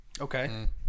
Okay